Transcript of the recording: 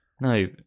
No